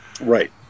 Right